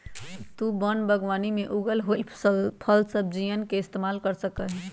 तु वन बागवानी में उगल होईल फलसब्जियन के इस्तेमाल कर सका हीं